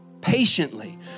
patiently